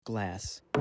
glass